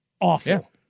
Awful